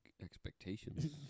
expectations